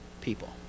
people